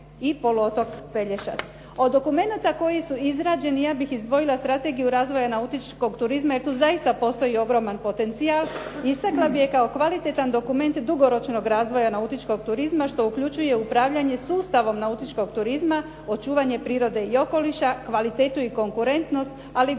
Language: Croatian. i poluotok Pelješac. Od dokumenata koji su izrađeni ja bih izdvojila Strategiju razvoja nautičkog turizma jer tu zaista postoji ogroman potencijal. Istaknula bih je kao kvalitetan dokument dugoročnog razvoja nautičkog turizma što uključuje upravljanje sustavom nautičkog turizma očuvanje prirode i okoliša, kvalitetu i konkurentnost, ali i